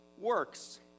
works